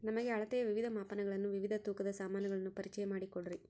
ನಮಗೆ ಅಳತೆಯ ವಿವಿಧ ಮಾಪನಗಳನ್ನು ವಿವಿಧ ತೂಕದ ಸಾಮಾನುಗಳನ್ನು ಪರಿಚಯ ಮಾಡಿಕೊಡ್ರಿ?